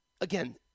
again